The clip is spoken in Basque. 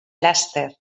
laster